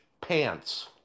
pants